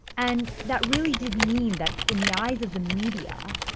and that really did mean that in the eyes of the media,